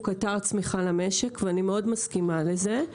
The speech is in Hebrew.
קטר צמיחה למשק ואני מאוד מסכימה עם זה.